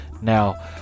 Now